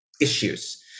issues